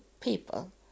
people